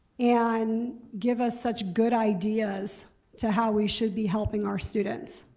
and give us such good ideas to how we should be helping our students.